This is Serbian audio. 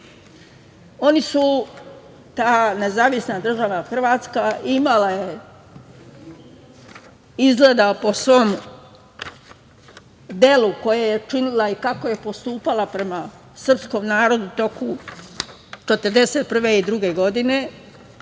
Oni su, ta NDH imala je izgleda po svom delu koje je činila i kako je postupala prema srpskom narodu u toku 1941. i 1942. godine,